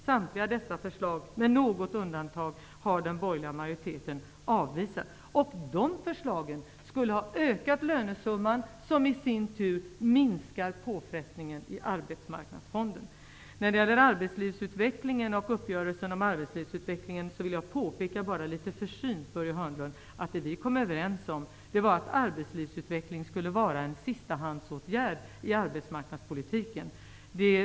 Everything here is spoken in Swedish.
Samtliga dessa förslag, med något undantag, har avvisats av den borgerliga majoriteten. De förslagen skulle ha ökat lönesumman, som i sin tur skulle ha minskat påfrestningen på Arbetsmarknadsfonden. När det gäller uppgörelsen om arbetslivsutveckling vill jag litet försynt påpeka för Börje Hörnlund, att vad vi kom överens om var att arbetslivsutveckling skall vara en sistahandsåtgärd i arbetsmarknadspolitiken.